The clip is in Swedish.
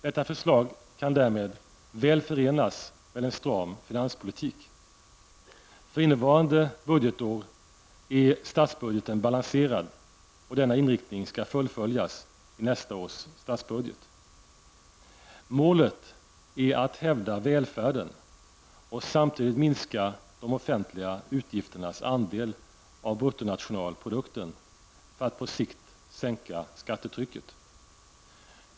Detta förslag kan därmed väl förenas med en stram finanspolitik. För innevarande budgetår är statsbudgeten balanserad och denna inriktning skall fullföljas i nästa års statsbudget. Målet för budgetpolitiken är att hävda välfärden och samtidgt minska de offentliga utgifternas andel av BNP för att på sikt sänka skattetrycket.